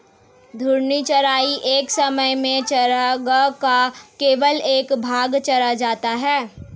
घूर्णी चराई एक समय में चरागाह का केवल एक भाग चरा जाता है